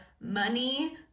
money